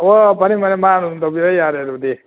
ꯍꯣ ꯐꯅꯤ ꯐꯅꯤ ꯃꯥ ꯑꯗꯨꯝ ꯇꯧꯕꯤꯔ ꯌꯥꯔꯦ ꯑꯗꯨꯗꯤ